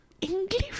English